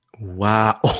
Wow